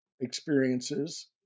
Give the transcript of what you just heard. experiences